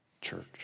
church